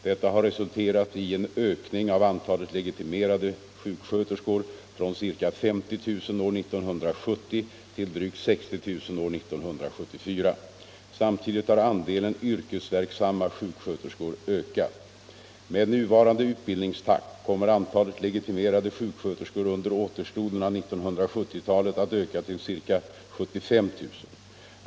Detta har resulterat i en ökning av antalet legitimerade sjuksköterskor från ca 50 000 år 1970 till drygt 60 000 år 1974. Samtidigt har andelen yrkesverksamma sjuksköterskor ökat. Med nuvarande utbildningstakt kommer antalet legitimerade sjuksköterskor under återstoden av 1970-talet att öka till ca 75 000.